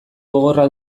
gogorra